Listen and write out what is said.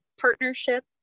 partnership